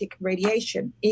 radiation